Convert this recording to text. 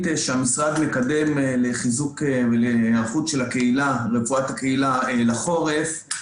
שהמשרד מקדם לחיזוק ולהיערכות של רפואת הקהילה לחורף,